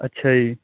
ਅੱਛਾ ਜੀ